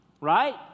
right